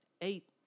eight